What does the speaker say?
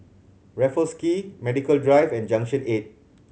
Raffles Quay Medical Drive and Junction Eight